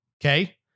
okay